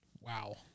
Wow